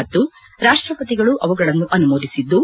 ಮತ್ತು ರಾಷ್ಷಪತಿಗಳು ಅವುಗಳನ್ನು ಅನುಮೋದಿಸಿದ್ದು